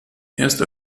erst